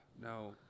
No